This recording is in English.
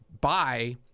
buy